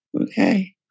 okay